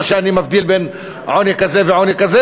לא שאני מבדיל בין עוני כזה ועוני כזה,